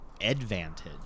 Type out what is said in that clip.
Advantage